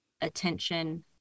attention